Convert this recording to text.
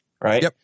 right